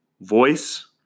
voice